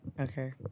Okay